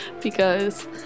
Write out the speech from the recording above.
because-